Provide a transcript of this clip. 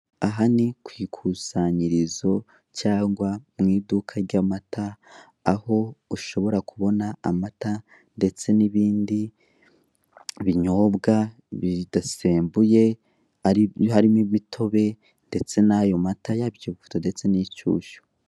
Aha ni ku ikisanyirizo cyangwa mu iduka ry'amata, aho ushobora kubona amata ndetse n'bindi binyobwa bidasembuye, harimo imitobe ndetse n'ayo mata y'ikivuguto ndetse n'inshyushyu.